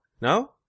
No